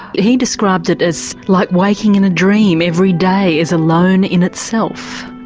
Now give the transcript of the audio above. he describes it as like waking in a dream every day is alone in itself.